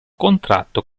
contratto